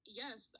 yes